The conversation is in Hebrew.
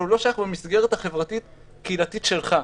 אבל הוא לא שייך במסגרת החברתית קהילתית שלך.